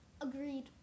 Agreed